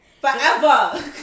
Forever